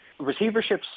Receiverships